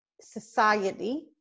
society